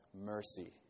mercy